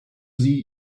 sie